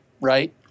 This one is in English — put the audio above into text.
right